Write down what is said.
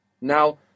Now